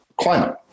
climate